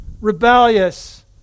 Rebellious